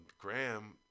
Graham